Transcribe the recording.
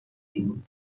جنوب